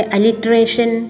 Alliteration